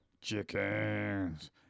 Chickens